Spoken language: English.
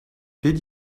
did